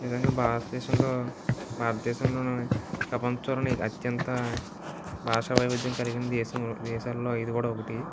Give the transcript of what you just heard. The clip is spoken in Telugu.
నిజంగా భారతదేశంలో భారతదేశంలోని ప్రపంచంలోని అత్యంత భాష వైవిధ్యం కలిగిన దేశం దేశాల్లో ఇది కూడా ఒకటి